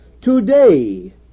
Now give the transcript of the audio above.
Today